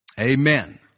Amen